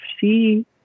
see